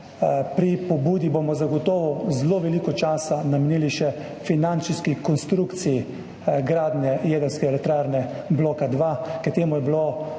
Pri pobudi bomo zagotovo zelo veliko časa namenili še finančni konstrukciji gradnje jedrske elektrarne, drugega bloka, ker je bilo